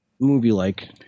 movie-like